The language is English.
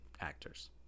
actors